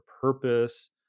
purpose